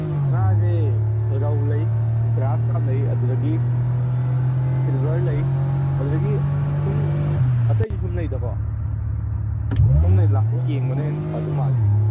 ꯉꯥꯁꯦ ꯔꯧ ꯂꯩ ꯒ꯭ꯔꯥꯁ ꯀꯥꯞ ꯂꯩ ꯑꯗꯨꯗꯒꯤ ꯁꯤꯜꯚꯔ ꯂꯩ ꯑꯗꯨꯗꯒꯤ ꯁꯨꯝ ꯑꯇꯩꯁꯨ ꯑꯗꯨꯝ ꯂꯩꯗꯀꯣ ꯁꯣꯝꯅ ꯂꯥꯛꯄꯅ ꯌꯦꯡꯕꯅ ꯍꯦꯟꯅ ꯐꯗꯣꯏ ꯃꯥꯜꯂꯦ